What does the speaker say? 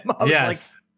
Yes